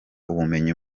ubumenyi